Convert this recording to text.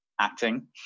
acting